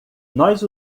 nós